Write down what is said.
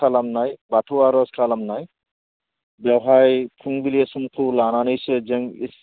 खालामनाय बाथौ आरज खालामनाय बेवहाय फुंबिलि समखौ लानानै इसोरजों